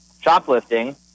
shoplifting